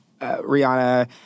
Rihanna